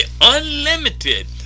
unlimited